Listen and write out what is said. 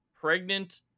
pregnant